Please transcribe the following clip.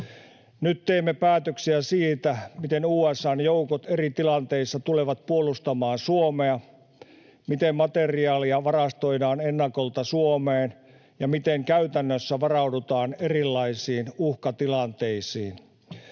Nyt teemme päätöksiä siitä, miten USA:n joukot eri tilanteissa tulevat puolustamaan Suomea, miten materiaalia varastoidaan ennakolta Suomeen ja miten käytännössä varaudutaan erilaisiin uhkatilanteisiin.